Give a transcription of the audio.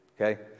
okay